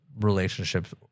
relationships